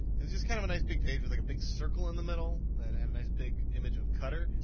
it was just kind of a nice big page, with like a big circle in the middle, and it had a nice big image of cutter,